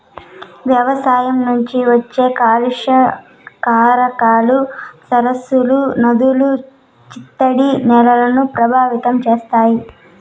వ్యవసాయం నుంచి వచ్చే కాలుష్య కారకాలు సరస్సులు, నదులు, చిత్తడి నేలలను ప్రభావితం చేస్తాయి